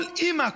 כל אימא,